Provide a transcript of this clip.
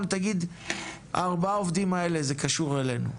ותגיד ארבעה העובדים האלה זה קשור אלינו.